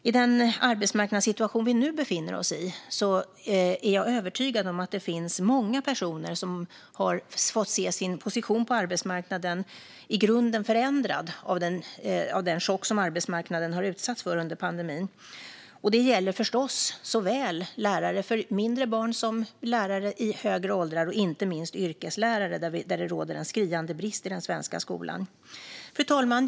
I den arbetsmarknadssituation vi nu befinner oss i är jag övertygad om att det finns många personer som har fått se sin position på arbetsmarknaden i grunden förändrad av den chock som arbetsmarknaden utsatts för under pandemin. Det gäller förstås såväl lärare för mindre barn som lärare för högre åldrar och inte minst yrkeslärare, där det råder en skriande brist i den svenska skolan. Fru talman!